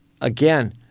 again